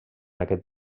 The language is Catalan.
aquest